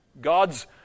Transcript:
God's